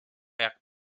jak